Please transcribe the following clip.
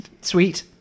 Sweet